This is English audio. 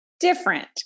different